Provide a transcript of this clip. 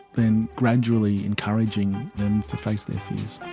then gradually encouraging them to face their fears.